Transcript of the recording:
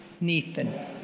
Nathan